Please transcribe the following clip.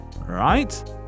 right